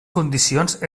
condicions